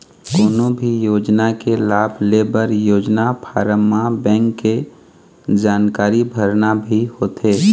कोनो भी योजना के लाभ लेबर योजना फारम म बेंक के जानकारी भरना भी होथे